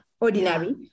ordinary